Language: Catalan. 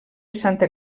santa